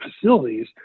facilities